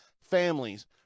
families